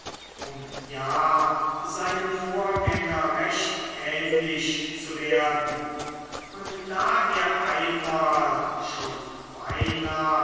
um ja seinem vorgänger recht ähnlich zu werden und da er einmal schon beinah